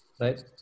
right